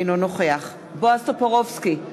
אינו נוכח בועז טופורובסקי,